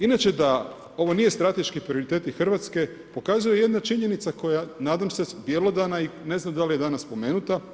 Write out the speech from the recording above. Inače da ovo nije strateški prioritet Hrvatske pokazuje jedna činjenica koja nadam se, bjelodana i ne znam dal je danas spomenuta.